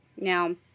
Now